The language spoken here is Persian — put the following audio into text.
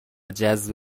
جذب